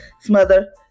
smother